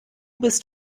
bist